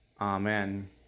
Amen